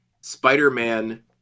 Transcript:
Spider-Man